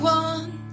one